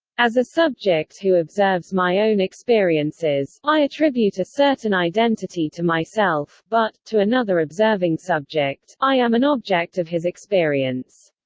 as a subject who observes my own experiences, i attribute a certain identity to myself, but, to another observing subject, i am an object of his experience.